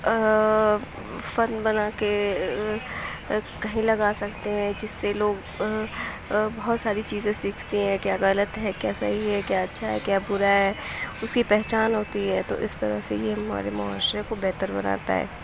فن بنا کے کہیں لگا سکتے ہیں جس سے لوگ بہت ساری چیزیں سیکھتے ہیں کیا غلط ہے کیا صحیح ہے کیا اچھا ہے کیا بُرا ہے اُس کی پہچان ہوتی ہے تو اِس طرح سے یہ ہمارے معاشرے کو بہتر بناتا ہے